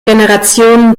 generationen